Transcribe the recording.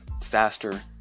disaster